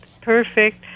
perfect